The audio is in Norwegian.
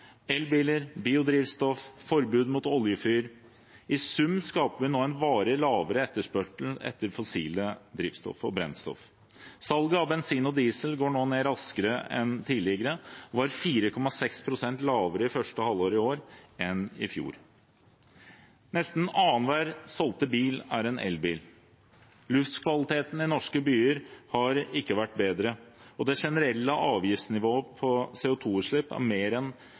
elbiler, biodrivstoff, forbud mot oljefyr. I sum skaper vi nå en varig lavere etterspørsel etter fossilt drivstoff og brennstoff. Salget av bensin og diesel går nå ned raskere enn tidligere og er 4,6 pst. lavere i første halvår i år enn i fjor. Nesten annenhver solgte bil er en elbil. Luftkvaliteten i norske byer har ikke vært bedre, og det generelle avgiftsnivået på CO2-utslipp er mer enn